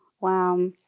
Wow